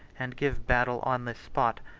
and give battle on this spot,